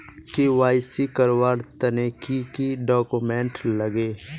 KYC करवार तने की की डॉक्यूमेंट लागे?